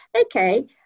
okay